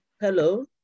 Hello